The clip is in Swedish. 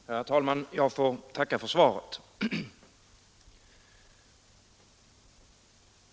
Herr talman! Jag får tacka för svaret.